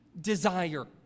desire